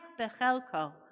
Bechelko